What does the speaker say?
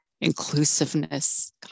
inclusiveness